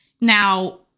Now